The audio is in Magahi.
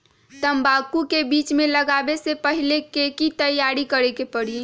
तंबाकू के बीज के लगाबे से पहिले के की तैयारी करे के परी?